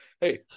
hey